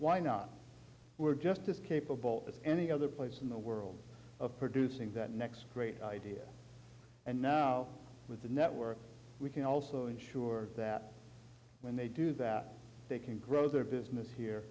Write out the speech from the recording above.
why not we're just escapable as any other place in the world of producing that next great idea and now with the network we can also ensure that when they do that they can grow their business here